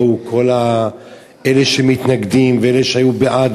באו אלה שמתנגדים ואלה שהיו בעד,